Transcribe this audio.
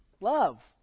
Love